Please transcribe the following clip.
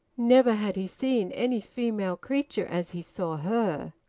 never had he seen any female creature as he saw her,